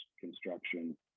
construction